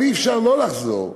אבל אי-אפשר שלא לחזור.